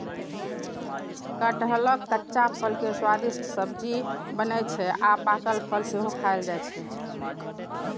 कटहलक कच्चा फल के स्वादिष्ट सब्जी बनै छै आ पाकल फल सेहो खायल जाइ छै